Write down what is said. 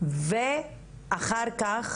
ואחר כך